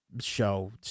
Show